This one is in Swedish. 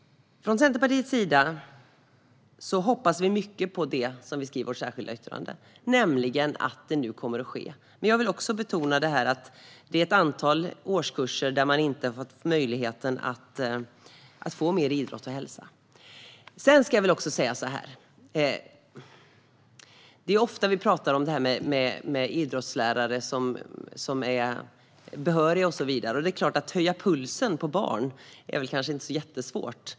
Vi i Centerpartiet hoppas mycket på det som vi skriver i vårt särskilda yttrande, nämligen att detta nu kommer att ske. Jag vill också betona att det är ett antal årskurser där man inte fått möjlighet att få mer idrott och hälsa. Vi pratar ofta om idrottslärare som är behöriga och så vidare. Det är klart att det kanske inte är jättesvårt att höja pulsen på barn.